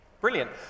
Brilliant